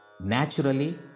Naturally